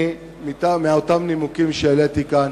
מאותם נימוקים שהעליתי כאן